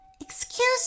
Excuse